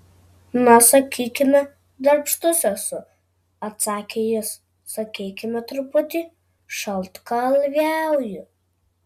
na sakykime darbštus esu atsakė jis sakykime truputį šaltkalviauju